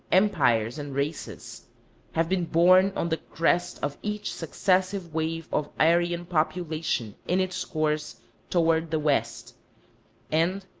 empires, and races have been borne on the crest of each successive wave of aryan population in its course toward the west and,